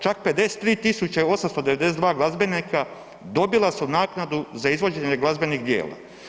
Čak 53 892 glazbenika dobila su naknadu za izvođenje glazbenih djela.